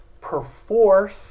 perforce